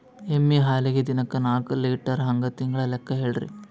ಎಮ್ಮಿ ಹಾಲಿಗಿ ದಿನಕ್ಕ ನಾಕ ಲೀಟರ್ ಹಂಗ ತಿಂಗಳ ಲೆಕ್ಕ ಹೇಳ್ರಿ?